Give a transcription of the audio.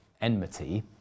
enmity